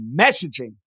messaging